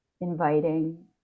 inviting